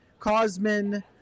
Cosman